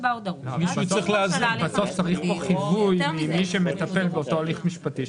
צריך פה חיווי ממי שמטפל באותו הליך משפטי,